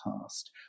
past